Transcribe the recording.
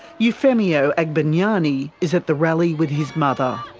eufemio agbayani is at the rally with his mother.